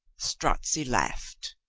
strozzi laughed.